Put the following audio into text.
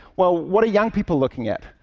well, what are young people looking at?